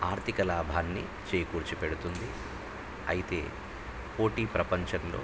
ఆర్థిక లాభాన్ని చేకూర్చి పెడుతుంది అయితే పోటీ ప్రపంచంలో